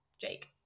Jake